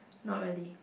not really